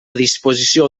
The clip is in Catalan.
disposició